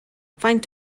faint